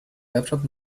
laptop